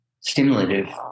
stimulative